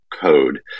code